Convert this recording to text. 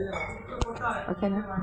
okay